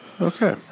okay